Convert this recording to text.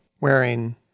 wearing